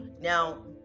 Now